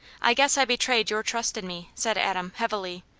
i guess i betrayed your trust in me, said adam, heavily.